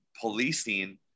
policing